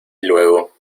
luego